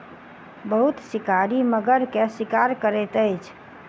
बहुत शिकारी मगर के शिकार करैत अछि